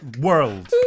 world